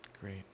Great